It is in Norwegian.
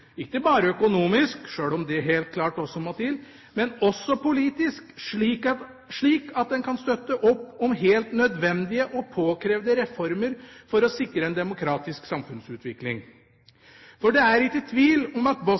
ikke bare økonomisk, selv om det helt klart også må til, men også politisk, slik at man kan støtte opp om helt nødvendige og påkrevde reformer for å sikre en demokratisk samfunnsutvikling. For det er ikke tvil om at